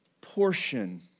portion